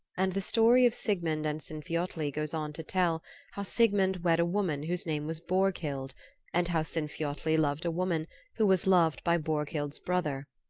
and the story of sigmund and sinfiotli goes on to tell how sigmund wed a woman whose name was borghild, and how sinfiotli loved a woman who was loved by borghild's brother.